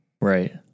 Right